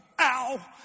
ow